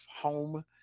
home